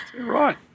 right